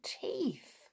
teeth